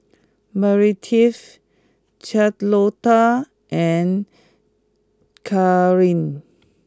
Meredith Charlotta and Carlyn